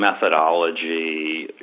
methodology